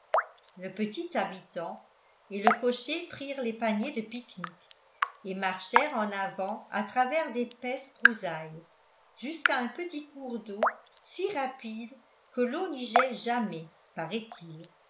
le petit habitant et le cocher prirent les paniers de pique-nique et marchèrent en avant à travers d'épaisses broussailles jusqu'à un petit cours d'eau si rapide que l'eau n'y gèle jamais paraît-il